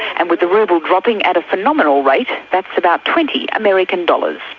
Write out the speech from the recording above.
and with the rouble dropping at a phenomenal rate that's about twenty american dollars.